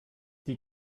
die